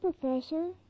Professor